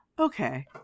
okay